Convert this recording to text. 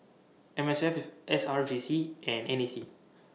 M S F S R J C and N A C